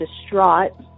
distraught